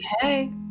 hey